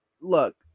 look